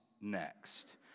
next